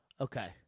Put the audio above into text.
Okay